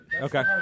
Okay